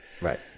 Right